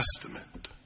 Testament